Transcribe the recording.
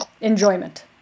enjoyment